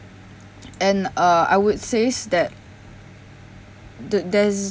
and uh I would says that th~ there's